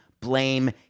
blame